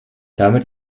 damit